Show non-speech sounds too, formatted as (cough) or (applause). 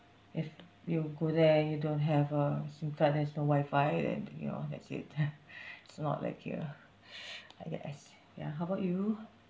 if you go there and you don't have a SIM card there's no wi-fi then you know that's it (laughs) it's not like here (breath) like that as ya how about you